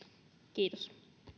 kiitos